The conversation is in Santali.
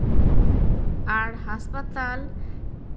ᱟᱨ ᱦᱟᱸᱥᱯᱟᱛᱟᱞ